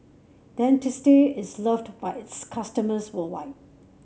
Dentiste is loved by its customers worldwide